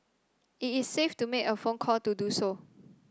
if it's safe to make a phone call do so